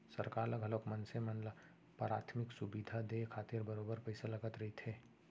सरकार ल घलोक मनसे मन ल पराथमिक सुबिधा देय खातिर बरोबर पइसा लगत रहिथे